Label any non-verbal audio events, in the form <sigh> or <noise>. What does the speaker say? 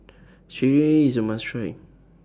<unintelligible> IS A must Try